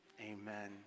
amen